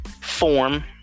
form